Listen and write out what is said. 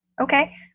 okay